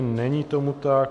Není tomu tak.